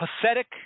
pathetic